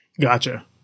Gotcha